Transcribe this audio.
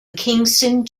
kingston